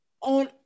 On